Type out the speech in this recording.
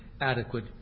adequate